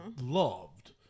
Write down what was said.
loved